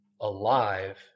alive